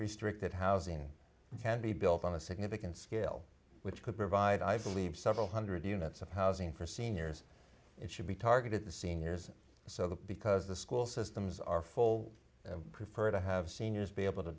restricted housing can be built on a significant scale which could provide i believe several one hundred units of housing for seniors it should be targeted the seniors so that because the school systems are full prefer to have seniors be able to